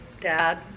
dad